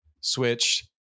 switched